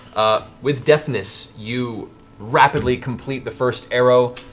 with deftness, you rapidly complete the first arrow,